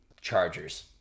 Chargers